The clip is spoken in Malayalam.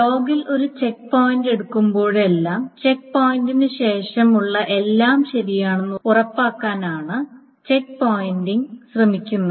ലോഗിൽ ഒരു ചെക്ക് പോയിന്റ് എടുക്കുമ്പോഴെല്ലാം ചെക്ക് പോയിന്റിന് ശേഷമുള്ള എല്ലാം ശരിയാണെന്ന് ഉറപ്പാക്കാനാണ് ചെക്ക് പോയിന്റിംഗ് ശ്രമിക്കുന്നത്